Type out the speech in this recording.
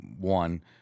one